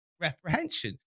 reprehension